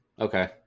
Okay